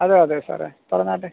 അതെ അതെ സാറെ പറഞ്ഞാട്ടെ